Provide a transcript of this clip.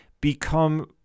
become